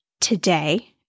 today